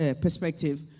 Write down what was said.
perspective